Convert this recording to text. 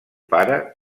pare